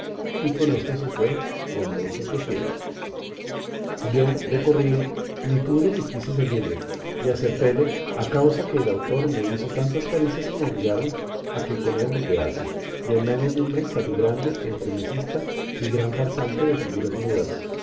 y con esto se fue con mucho sosiego yo de corrido ni pude ni quise seguirle y acertélo a causa que el autor me hizo tantas caricias que me obligaron a que con él me quedase y en menos de un mes salí grande entremesista y gran farsante de figuras mudas